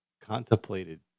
contemplated